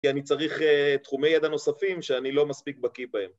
‫כי אני צריך תחומי ידע נוספים ‫שאני לא מספיק בקיא בהם.